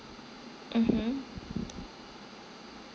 mmhmm